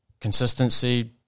consistency